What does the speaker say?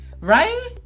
Right